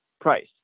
price